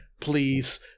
please